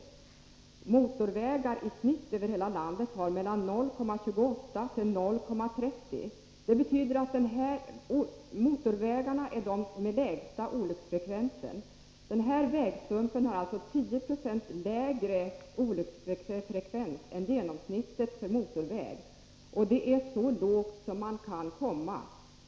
För motorvägar i hela landet är siffran i snitt mellan 0,28 och 0,30. Och motorvägar är de vägar som har lägst olycksfrekvens. Denna vägstump har alltså ca 10 20 lägre olycksfrekvens än genomsnittet för motorvägar, och det är så lågt man kan komma.